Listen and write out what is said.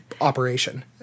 operation